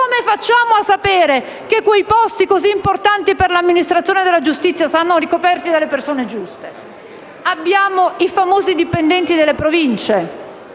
come facciamo a sapere che quei posti, così importanti per l'amministrazione della giustizia, saranno ricoperti dalle persone giuste? Abbiamo i famosi dipendenti delle Province,